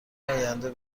آینده